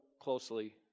closely